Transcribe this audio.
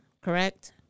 correct